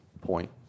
point